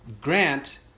Grant